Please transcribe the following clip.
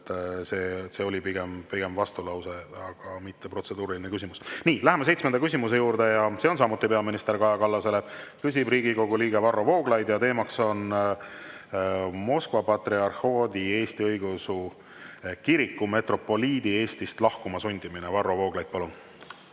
et see oli pigem vastulause kui protseduuriline küsimus. Nii, läheme seitsmenda küsimuse juurde. See on samuti peaminister Kaja Kallasele, küsib Riigikogu liige Varro Vooglaid ja teema on Moskva Patriarhaadi Eesti Õigeusu Kiriku metropoliidi Eestist lahkuma sundimine. Varro Vooglaid, palun!